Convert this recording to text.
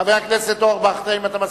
חבר הכנסת אורבך, האם אתה מסכים?